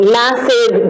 massive